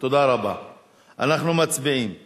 יבוא לדיונים בהכנה לקריאה שנייה ושלישית וישפיע את